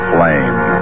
Flame